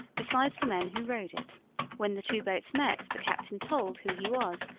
besides the men who rowed it when the two boats met, the captain told who he was,